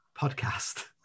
podcast